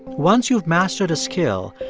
once you've mastered a skill,